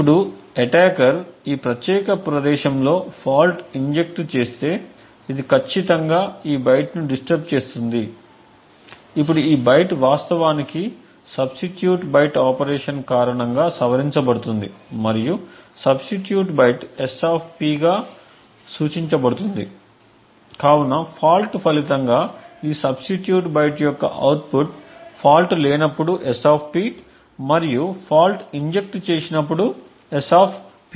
ఇప్పుడు అటాకర్ ఈ ప్రత్యేక ప్రదేశంలో ఫాల్ట్ ఇంజెక్ట్ చేస్తే ఇది ఖచ్చితంగా ఈ బైట్ ను డిస్టర్బ్ చేస్తుంది ఇప్పుడు ఈ బైట్ వాస్తవానికి సబ్స్టిట్యూట్ బైట్ ఆపరేషన్కారణంగా సవరించబడుతుంది మరియు సబ్స్టిట్యూట్ బైట్ SP గా సూచించబడుతుంది కాబట్టి ఫాల్ట్ ఫలితంగా ఈ సబ్స్టిట్యూట్ బైట్ యొక్క అవుట్పుట్ ఫాల్ట్ లేనప్పుడు SP మరియు ఫాల్ట్ ఇంజెక్ట్ చేసినప్పుడు SP f